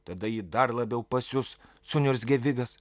tada ji dar labiau pasius suniurzgė vigas